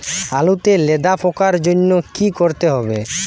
আলুতে লেদা পোকার জন্য কি করতে হবে?